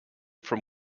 from